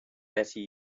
better